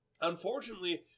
unfortunately